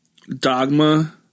Dogma